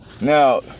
Now